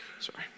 Sorry